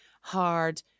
hard